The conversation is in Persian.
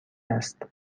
است